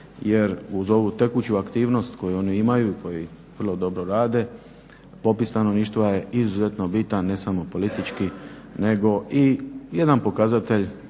Jer uz ovu tekuću aktivnost koju oni imaju i koji vrlo dobro rade popis stanovništva je izuzetno bitan ne samo politički nego i jedan pokazatelj